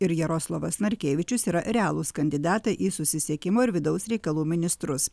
ir jaroslavas narkevičius yra realūs kandidatai į susisiekimo ir vidaus reikalų ministrus